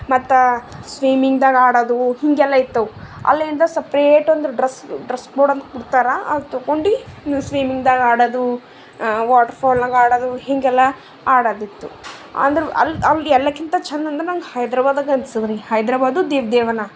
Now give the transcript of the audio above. ಮತ್ತು ಸ್ವಿಮಿಂಗ್ದಾಗ ಆಡೋದು ಹಿಂಗೆಲ್ಲ ಇತ್ತವು ಅಲ್ಲಿಂದ ಸಪ್ರೇಟ್ ಒಂದು ಡ್ರೆಸ್ ಡ್ರೆಸ್ ಕೋಡ್ ಅಂತ ಕೊಡ್ತಾರ ಅದು ತೊಗೊಂಡಿ ಸ್ವಿಮಿಂಗ್ದಾಗ ಆಡೋದು ವಾಟ್ರ್ ಫಾಲ್ನಾಗ ಆಡೋದು ಹಿಂಗೆಲ್ಲ ಆಡೋದಿತ್ತು ಅಂದರ ಅಲ್ಲಿ ಅಲ್ಲಿ ಎಲ್ಲಕ್ಕಿಂತ ಛಂದ ಅಂದರ ನಂಗೆ ಹೈದ್ರಬಾದಾಗ ಅನಿಸದ್ರಿ ಹೈದ್ರಬಾದು ದಿವ್ ದೇವನ